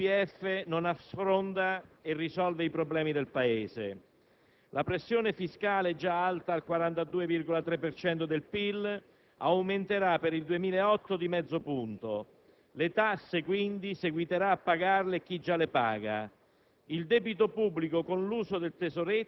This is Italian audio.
Diamo atto ai nostri alleati dei Gruppi del Senato di aver ragionato e discusso con noi, di aver accolto queste e altre proposte, così come noi abbiamo accolto altre indicazioni da loro venute. Se si procederà in questo modo, il centro-sinistra riprenderà e si rilancerà.